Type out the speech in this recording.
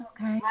Okay